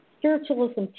Spiritualism